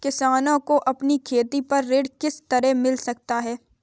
किसानों को अपनी खेती पर ऋण किस तरह मिल सकता है?